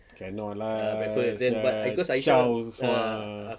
cannot lah sia chao sua